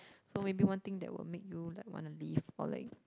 so maybe one thing that will make you like wanna live or like